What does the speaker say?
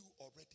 already